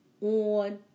on